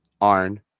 Arn